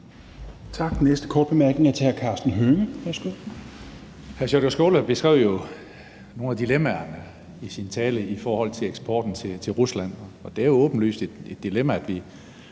hr. Karsten Hønge. Værsgo. Kl. 22:04 Karsten Hønge (SF): Hr. Sjúrður Skaale beskrev nogle af dilemmaerne i sin tale i forhold til eksporten til Rusland, og det er jo åbenlyst et dilemma, at vi